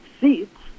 seats